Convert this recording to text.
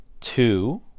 Two